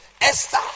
Esther